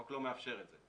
החוק לא מאפשר את זה.